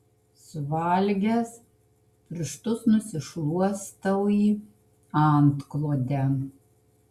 suvalgęs pirštus nusišluostau į antklodę